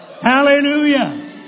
Hallelujah